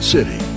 City